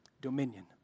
dominion